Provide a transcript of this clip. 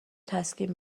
تسکین